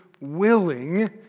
willing